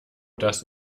das